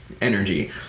energy